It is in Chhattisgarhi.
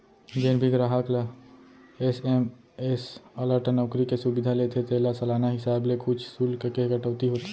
जेन भी गराहक ह एस.एम.एस अलर्ट नउकरी के सुबिधा लेथे तेला सालाना हिसाब ले कुछ सुल्क के कटौती होथे